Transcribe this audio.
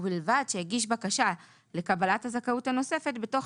ובלבד שהגיש בקשה לקבלת הזכאות הנוספת בתוך